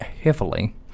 heavily